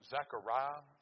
Zechariah